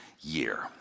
year